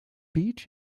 beach